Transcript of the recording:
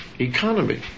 economy